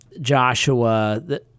Joshua